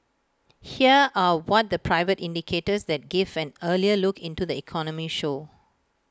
here are what the private indicators that give an earlier look into the economy show